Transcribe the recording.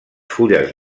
fulles